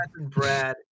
Brad